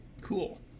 Cool